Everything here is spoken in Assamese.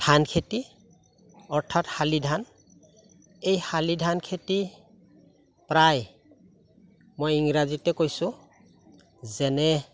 ধান খেতি অৰ্থাৎ শালি ধান এই শালি ধান খেতি প্ৰায় মই ইংৰাজীতে কৈছোঁ যেনে